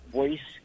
voice